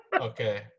Okay